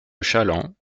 challans